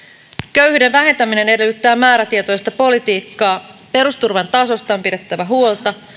köyhyyden vähentäminen edellyttää määrätietoista politiikkaa perusturvan tasosta on pidettävä huolta